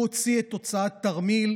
הוא הוציא את הוצאת "תרמיל",